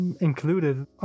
included